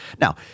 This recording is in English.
Now